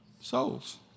Souls